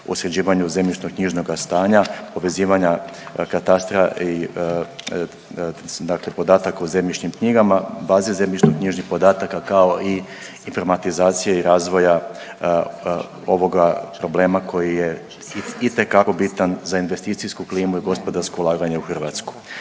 sređivanju zemljišno-knjižnoga stanja, povezivanja katastra i dakle podataka u zemljišnim knjigama, baze zemljišno-knjižnih podataka, kao i informatizacije i razvoja ovoga problema koji je itekako bitan za investicijsku klimu i gospodarsko ulaganje u Hrvatsku.